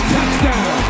Touchdown